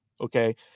Okay